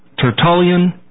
Tertullian